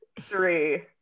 three